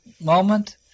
moment